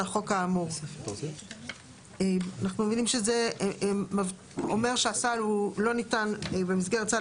לחוק האמור; אנחנו מבינים שזה אומר שהסל הוא לא ניתן במסגרת סל